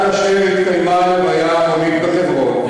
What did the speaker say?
התקיימה לוויה המונית בחברון,